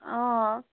অঁ